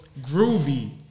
Groovy